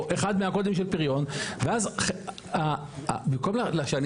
או אחד מהקודים של פריון ואז במקום שאני